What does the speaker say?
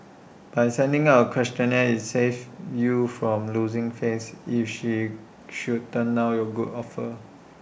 by sending out A questionnaire IT saves you from losing face if she should turn down your good offer